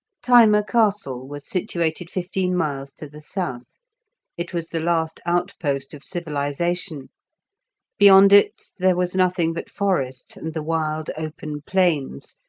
thyma castle was situated fifteen miles to the south it was the last outpost of civilization beyond it there was nothing but forest, and the wild open plains,